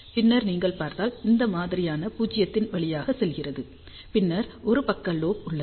பின்னர் நீங்கள் பார்த்தால் இந்த மாதிரியானது பூஜ்யத்தின் வழியாக செல்கிறது பின்னர் ஒரு பக்க லோப் உள்ளது